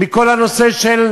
מכל הנושא של